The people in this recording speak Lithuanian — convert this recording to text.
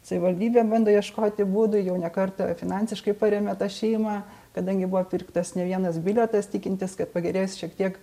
savivaldybė bando ieškoti būdų jau ne kartą finansiškai parėmė tą šeimą kadangi buvo pirktas ne vienas bilietas tikintis kad pagerėjus šiek tiek